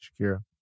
Shakira